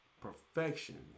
Perfection